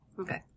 Okay